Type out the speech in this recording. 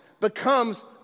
becomes